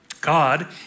God